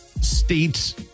states